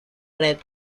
red